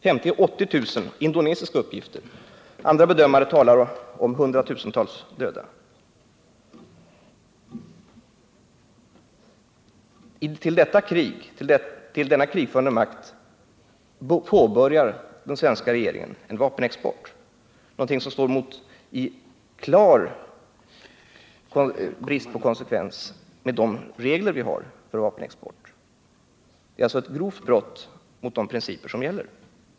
Detta är alltså indonesiska uppgifter; andra bedömare talar om hundratusentals döda. Till denna krigförande makt påbörjar den svenska regeringen en vapenexport — någonting som innebär en klar brist på konsekvens med de regler vi har för vår vapenexport. Det är alltså ett grovt brott mot de principer som gäller.